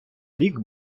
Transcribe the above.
рік